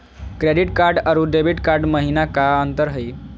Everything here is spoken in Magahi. क्रेडिट कार्ड अरू डेबिट कार्ड महिना का अंतर हई?